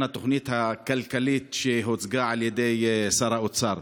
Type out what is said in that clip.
התוכנית הכלכלית שהוצגה על ידי שר האוצר.